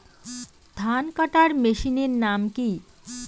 ধান কাটার মেশিনের নাম কি?